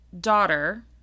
daughter